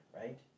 right